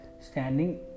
standing